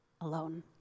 alone